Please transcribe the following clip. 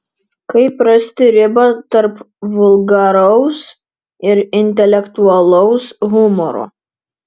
kaip rasti ribą tarp vulgaraus ir intelektualaus humoro